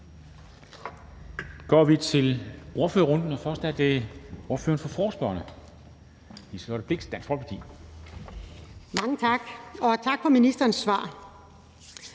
Mange tak, og tak for ministerens svar.